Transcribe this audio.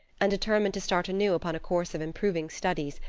and determined to start anew upon a course of improving studies,